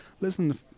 Listen